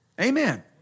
Amen